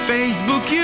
Facebook